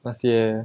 那些